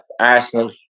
arsenal